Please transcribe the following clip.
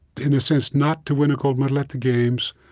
in a sense, not to win a gold medal at the games,